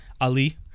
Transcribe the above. Ali